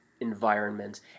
environment